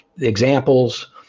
examples